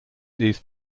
these